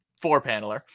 four-paneler